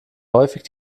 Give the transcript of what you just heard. häufig